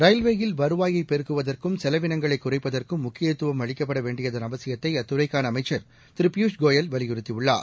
ரயில்வேயில் வருவாயைபெருக்குவதற்கும் செலவினங்களைகுறைப்பதற்கும் முக்கியத்துவம் அளிக்கப்படவேண்டியதன் அவசியத்தைஅத்துறைக்கானஅமைச்சர் திருபியூஷ் கோயல் வலியுறுத்தியுள்ளார்